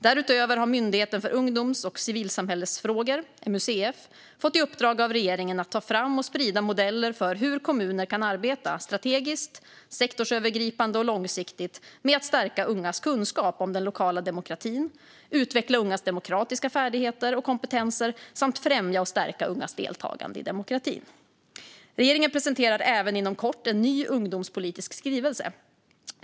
Därutöver har Myndigheten för ungdoms och civilsamhällesfrågor, MUCF, fått i uppdrag av regeringen att ta fram och sprida modeller för hur kommuner kan arbeta strategiskt, sektorsövergripande och långsiktigt med att stärka ungas kunskap om den lokala demokratin, utveckla ungas demokratiska färdigheter och kompetenser samt främja och stärka ungas deltagande i demokratin. Regeringen presenterar även inom kort en ny ungdomspolitisk skrivelse.